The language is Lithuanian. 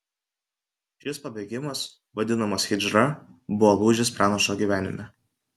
šis pabėgimas vadinamas hidžra buvo lūžis pranašo gyvenime